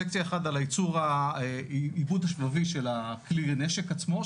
סקציה אחת על הייצור והעיבוד השבבי של כלי הנשק עצמו,